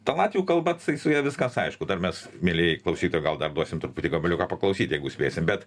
ta latvių kalba tai su ja viskas aišku mes mielieji klausytojai gal dar duosim truputį gabaliuką paklausyt jeigu spėsim bet